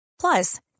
Plus